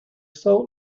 soul